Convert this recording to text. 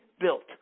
built